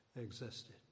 existed